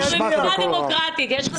אנחנו מדינה דמוקרטית, יש לך זכות דיבור.